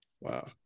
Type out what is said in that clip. Wow